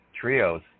trios